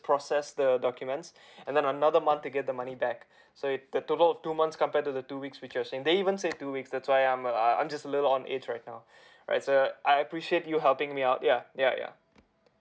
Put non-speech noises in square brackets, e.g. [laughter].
process the documents [breath] and then another month to get the money back so it the total of two months compared to the two weeks which was said and they even said two weeks that's why I'm err uh I'm just little on it right now [breath] right so I appreciate you helping me out ya ya ya